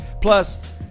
Plus